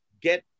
get